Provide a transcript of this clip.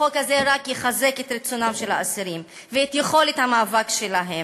החוק הזה רק יחזק את רצונם של האסירים ואת יכולת המאבק שלהם,